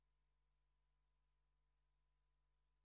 מספיק